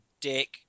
dick